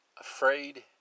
afraid